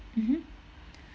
mmhmm